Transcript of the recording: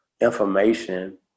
information